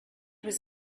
was